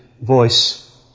voice